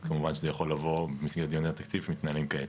אז כמובן שזה יכול לבוא במסגרת דיוני התקציב שמתנהלים כעת.